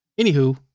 Anywho